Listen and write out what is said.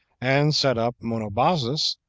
and set up monobazus,